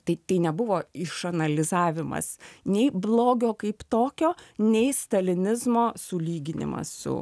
tai nebuvo išanalizavimas nei blogio kaip tokio nei stalinizmo sulyginimas su